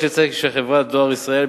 יש לציין שחברת "דואר ישראל",